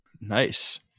Nice